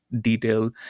detail